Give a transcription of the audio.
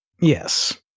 Yes